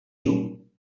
you